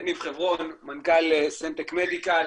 אני מנכ"ל סנטק-מדיקל,